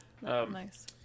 Nice